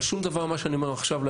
אבל שום דבר ממה שאני אומר עכשיו לא